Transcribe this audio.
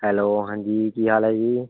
hello ਹਾਂਜੀ ਕੀ ਹਾਲ ਹੈ ਜੀ